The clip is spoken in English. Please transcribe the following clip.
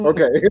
Okay